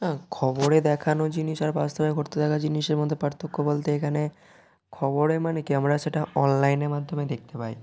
না খবরে দেখানো জিনিস আর বাস্তবে ঘটতে থাকা জিনিসের মধ্যে পার্থক্য বলতে এখানে খবরে মানে কি আমরা সেটা অনলাইনে মধ্যমে দেখতে পাই